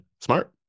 Smart